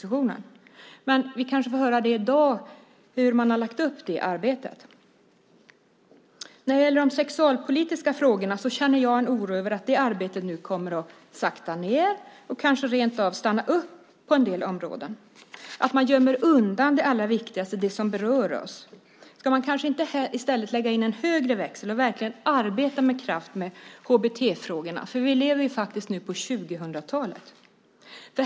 Men vi kanske får höra här i dag hur man har lagt upp det arbetet. När det gäller de sexualpolitiska frågorna känner jag en oro över att det arbetet nu kommer att sakta ned och kanske rent av stanna upp på en del områden, att man gömmer undan det allra viktigaste som berör oss. Ska man inte i stället lägga in en högre växel och verkligen arbeta med kraft med HBT-frågorna, när vi nu lever på 2000-talet?